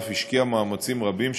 ואף השקיעה מאמצים רבים,